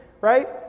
right